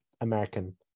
American